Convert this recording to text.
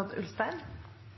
om